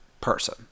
person